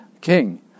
King